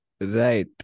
right